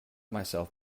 myself